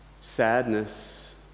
sadness